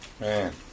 Man